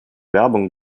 werbung